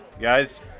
guys